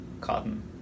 Cotton